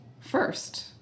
first